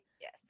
yes